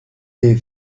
des